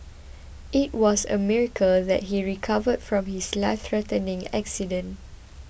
it was a miracle that he recovered from his lifethreatening accident